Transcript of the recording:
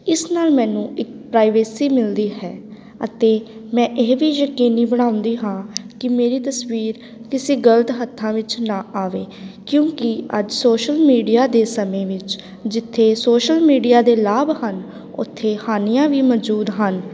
ਇਸ ਨਾਲ ਮੈਨੂੰ ਇੱਕ ਪ੍ਰਾਈਵੇਸੀ ਮਿਲਦੀ ਹੈ ਅਤੇ ਮੈਂ ਇਹ ਵੀ ਯਕੀਨੀ ਬਣਾਉਂਦੀ ਹਾਂ ਕਿ ਮੇਰੀ ਤਸਵੀਰ ਕਿਸੇ ਗਲਤ ਹੱਥਾਂ ਵਿੱਚ ਨਾ ਆਵੇ ਕਿਉਂਕੀ ਅੱਜ ਸੋਸ਼ਲ ਮੀਡੀਆ ਦੇ ਸਮੇਂ ਵਿੱਚ ਜਿੱਥੇ ਸੋਸ਼ਲ ਮੀਡੀਆ ਦੇ ਲਾਭ ਹਨ ਉੱਥੇ ਹਾਨੀਆਂ ਵੀ ਮੌਜੂਦ ਹਨ